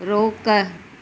रोकु